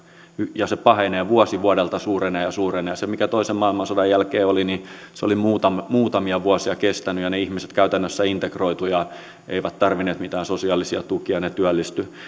ja se pahenee vuosi vuodelta suurenee ja suurenee se mikä toisen maailmansodan jälkeen oli oli muutamia vuosia kestänyt ja ne ihmiset käytännössä integroituivat eivätkä tarvinneet mitään sosiaalisia tukia ne työllistyivät